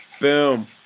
Boom